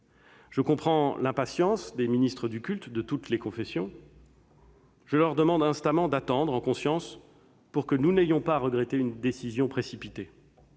Je comprends l'impatience des ministres du culte de toutes les confessions. Je leur demande instamment d'attendre, en conscience, pour que nous n'ayons pas à regretter une décision précipitée.